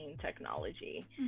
technology